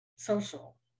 social